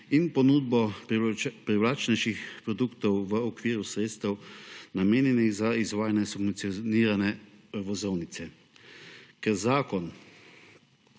in ponudbo privlačnejših produktov v okviru sredstev, namenjenih za izvajanje subvencionirane vozovnice. Ker zakon